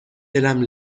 دلم